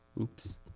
Oops